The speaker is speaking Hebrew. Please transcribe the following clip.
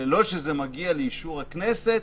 ללא שזה מגיע לאישור הכנסת,